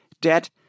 debt